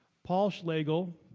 paul schlagel,